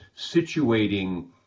situating